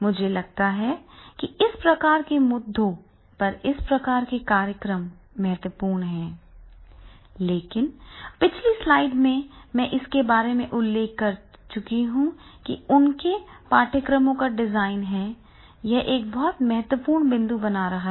मुझे लगता है कि इस प्रकार के मुद्दों पर इस प्रकार के कार्यक्रम महत्वपूर्ण हैं लेकिन पिछली स्लाइड में मैं इसके बारे में उल्लेख करता हूं कि यह उनके पाठ्यक्रमों का डिजाइन है यह एक बहुत महत्वपूर्ण बिंदु बन रहा है